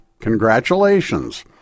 Congratulations